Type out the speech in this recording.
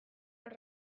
hor